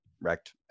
wrecked